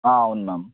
అవును మ్యామ్